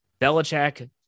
Belichick